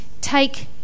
take